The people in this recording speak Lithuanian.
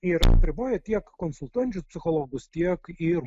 ir apriboja tiek konsultuojančius psichologus tiek ir